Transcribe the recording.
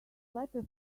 letter